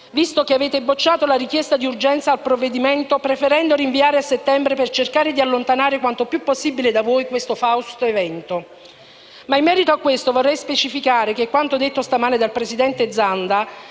visto che avete bocciato la richiesta di dichiarazione di urgenza del provvedimento, preferendo rinviare a settembre per cercare di allontanare quanto più possibile da voi questo fausto evento. Ma, in merito a questo, vorrei specificare che quanto detto stamani dal presidente Zanda